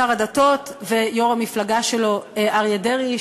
שר הדתות ויושב-ראש המפלגה שלו אריה דרעי,